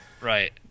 right